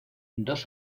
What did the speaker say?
dos